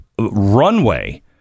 runway